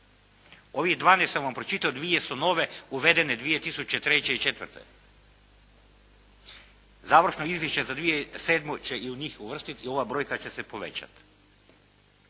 Ovih 12 sam vam pročitao, dvije su nove uvedene 2003. i 2004. Završno izvješće za 2007. će i njih uvrstiti, ova brojka će se povećati.